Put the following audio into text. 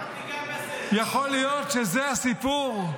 יכול להיות שזה הסיפור?